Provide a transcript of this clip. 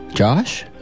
Josh